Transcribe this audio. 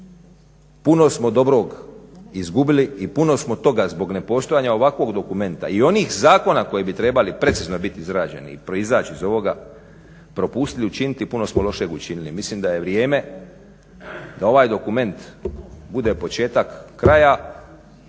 Puno smo dobrog izgubili i puno smo toga zbog nepostojanja ovakvog dokumenta i onih zakona koji bi trebali precizno biti izrađeni i proizaći iz ovoga propustili učiniti i puno smo lošeg učinili. Mislim da je vrijeme da ovaj dokument bude početak kraja,